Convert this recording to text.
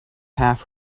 half